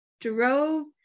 drove